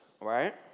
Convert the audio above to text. right